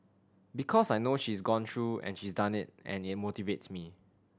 because I know she's gone through and she's done it and it motivates me